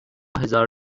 هزار